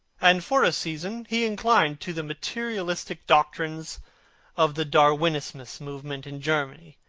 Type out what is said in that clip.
and for a season he inclined to the materialistic doctrines of the darwinismus movement in germany,